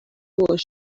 was